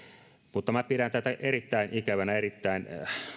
mutta minä pidän tätä erittäin ikävänä erittäin